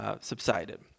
subsided